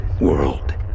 world